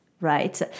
right